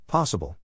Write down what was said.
Possible